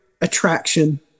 attraction